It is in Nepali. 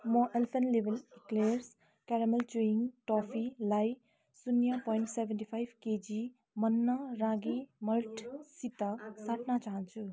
म अल्पेनलिबे इक्लेयर्स क्यारामेल च्युवी टफीलाई शून्य पोइन्ट सेभेन्टी पाइभ केजी मन्ना रागी मल्टसित साट्न चाहन्छु